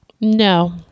No